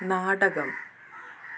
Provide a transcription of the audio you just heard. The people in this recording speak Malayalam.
നാടകം